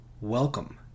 Welcome